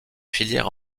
filière